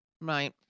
Right